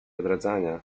odradzania